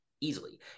easily